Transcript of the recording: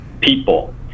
people